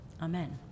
Amen